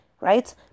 right